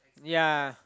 yeah